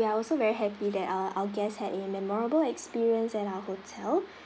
we are also very happy that uh our guests had a memorable experience at our hotel